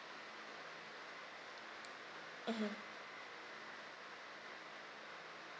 mmhmm